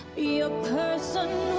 be a person